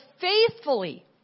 faithfully